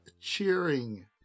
cheering